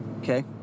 okay